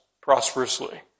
prosperously